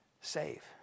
Save